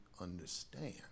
understand